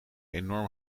enorm